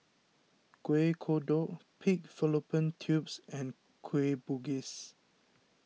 Kuih Kodok Pig Fallopian Tubes and Kueh Bugis